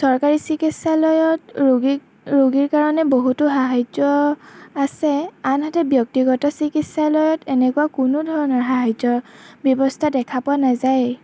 চৰকাৰী চিকিৎসালয়ত ৰোগীক ৰোগীৰ কাৰণে বহুতো সাহাৰ্য আছে আনহাতে ব্যক্তিগত চিকিৎসালয়ত এনেকুৱা কোনো ধৰণৰ সাহাৰ্যৰ ব্যৱস্থা দেখা পোৱা নাযায়ে